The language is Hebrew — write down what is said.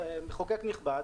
מחוקק נכבד,